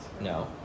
No